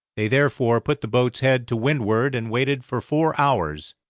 they therefore put the boat's head to windward and waited for four hours,